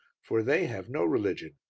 for they have no religion.